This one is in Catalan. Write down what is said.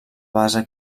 base